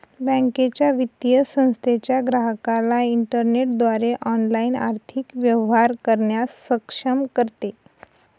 बँकेच्या, वित्तीय संस्थेच्या ग्राहकाला इंटरनेटद्वारे ऑनलाइन आर्थिक व्यवहार करण्यास सक्षम करते